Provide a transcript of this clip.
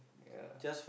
yeah